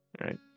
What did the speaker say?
right